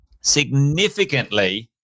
significantly